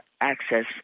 access